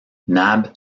nab